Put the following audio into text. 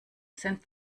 sind